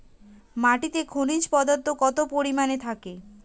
মাটিতে খনিজ পদার্থ কত পরিমাণে থাকে?